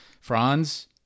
franz